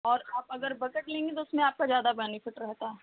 और आप अगर बकेट लेंगी तो उसमें आपका ज़्यादा बेनेफ़िट रहता है